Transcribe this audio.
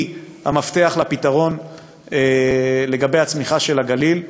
המפתח לפתרון לגבי הצמיחה של הגליל,